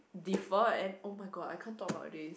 defer and oh-my-god I can't talk about this